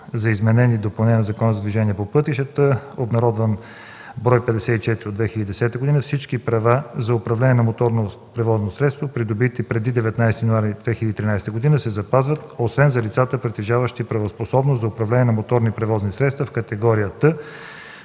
за изменение и допълнение на Закона за движението по пътищата, обнародван в бр. 54 на „Държавен вестник” от 2010 г., всички права за управление на моторно превозно средство, придобити преди 19 януари 2013 г., се запазват, освен за лицата, притежаващи правоспособност за управление на моторни превозни средства категория